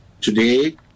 today